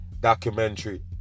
documentary